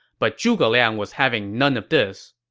but zhuge liang was having none of this.